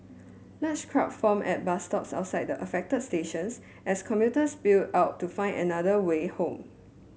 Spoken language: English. large crowd formed at bus stops outside the affected stations as commuters spilled out to find another way home